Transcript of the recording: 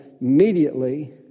immediately